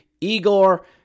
Igor